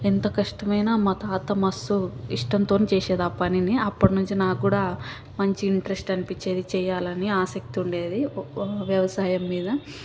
ఎంత కష్టమయినా మా తాత మస్తు ఇష్టంతో చేసేది పనిని అప్పటినుంచి నాకు కూడా మంచి ఇంట్రెస్ట్ అనిపించేది చేయాలని ఆసక్తుండేది ఓ వ్యవసాయం మీద